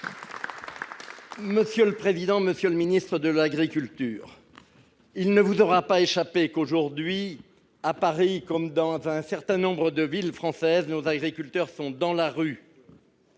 Union Centriste. Monsieur le ministre de l'agriculture, il ne vous aura pas échappé que, aujourd'hui, à Paris, comme dans un certain nombre de villes françaises, nos agriculteurs sont dans la rue.